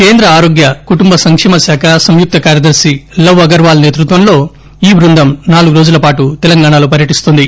కేంద్ర ఆరోగ్య కుటుంబ సంకేమ శాఖ సంయుక్త కార్యదర్శి లవ్ అగర్వాల్ నేతృత్వంలో ఈ బృందం నాలుగు రోజుల పాటు తెలంగాణలో పర్యటిస్తుంది